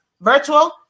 virtual